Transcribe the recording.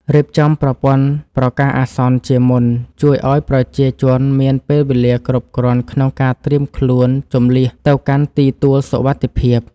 រៀបចំប្រព័ន្ធប្រកាសអាសន្នជាមុនជួយឱ្យប្រជាជនមានពេលវេលាគ្រប់គ្រាន់ក្នុងការត្រៀមខ្លួនជម្លៀសទៅកាន់ទីទួលសុវត្ថិភាព។